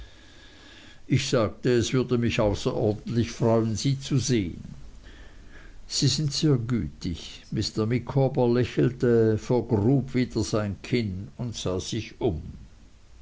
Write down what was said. ich sagte ich würde mich außerordentlich freuen sie zu sehen sie sind sehr gütig mr micawber lächelte vergrub wieder sein kinn und sah sich um